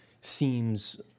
seems